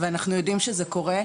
אבל אנחנו יודעים שזה קורה,